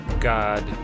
God